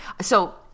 So-